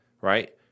Right